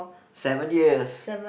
seven years